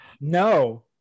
No